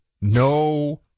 No